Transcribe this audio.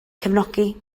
cefnogi